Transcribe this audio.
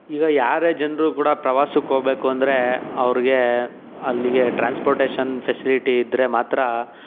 ಈಗ ಯಾರೇ ಜನರು ಕೂಡ ಪ್ರವಾಸಕ್ಕೆ ಓಬೇಕು ಅಂದರೆ ಅವರಿಗೆ ಅಲ್ಲಿಗೆ ಟ್ರಾನ್ಸ್ಪೋರ್ಟೇಶನ್ ಫೆಸಿಲಿಟಿ ಇದ್ದರೆ ಮಾತ್ರ